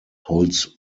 holds